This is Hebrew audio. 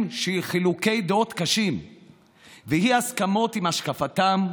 של חילוקי דעות קשים ואי-הסכמות עם השקפתם,